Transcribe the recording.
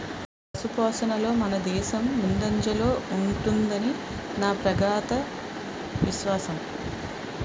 పశుపోషణలో మనదేశం ముందంజలో ఉంటుదని నా ప్రగాఢ విశ్వాసం